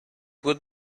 would